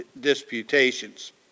disputations